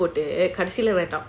போட்டு கடைசில:pottu kadaisila